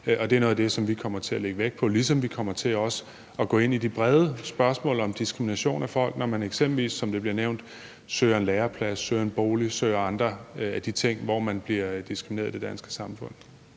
Og det er noget af det, som vi kommer til at lægge vægt på, ligesom vi også kommer til at gå ind i de brede spørgsmål om diskrimination af folk, når man eksempelvis, som det bliver nævnt, søger en læreplads, søger en bolig, søger andre af de ting, hvor man bliver diskrimineret i det danske samfund.